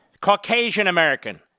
Caucasian-American